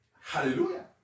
Hallelujah